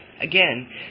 Again